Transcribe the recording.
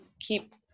keep